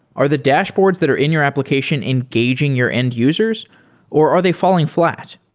are the dashboards that are in your application engaging your end-users or are they falling fl at?